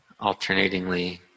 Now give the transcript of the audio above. alternatingly